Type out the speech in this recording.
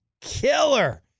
killer